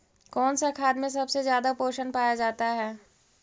कौन सा खाद मे सबसे ज्यादा पोषण पाया जाता है?